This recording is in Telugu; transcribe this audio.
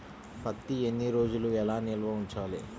పత్తి ఎన్ని రోజులు ఎలా నిల్వ ఉంచాలి?